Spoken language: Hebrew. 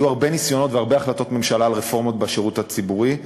היו הרבה ניסיונות והרבה החלטות ממשלה על רפורמות בשירות הציבורי,